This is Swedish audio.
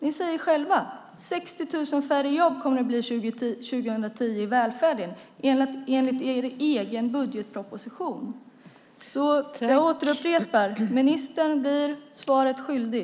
Ni säger själva i er egen budgetproposition att det kommer att bli 60 000 färre jobb i välfärden år 2010. Jag upprepar: Ministern blir svaret skyldig.